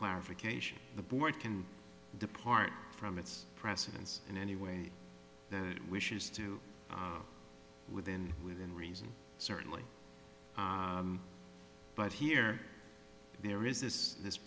clarification the board can depart from its precedence in any way their wishes to within within reason certainly but here there is this this